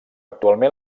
actualment